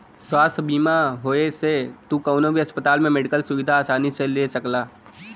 स्वास्थ्य बीमा होये से तू कउनो भी अस्पताल में मेडिकल सुविधा आसानी से ले सकला